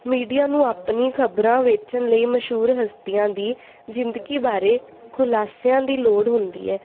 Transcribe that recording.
media ਨੂੰ ਆਪਣੀ ਖ਼ਬਰਾਂ ਵੇਚਣ ਲਈ ਮਸ਼ਹੂਰ ਹਸਤੀਆਂ ਦੀ ਜਿੰਦਗੀ ਬਾਰੇ ਖੁਲਾਸਿਆਂ ਦੀ ਲੋੜ ਹੁੰਦੀ ਹੈ